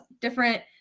different